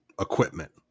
equipment